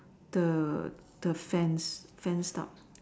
the the fence fence duck